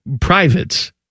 privates